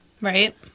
Right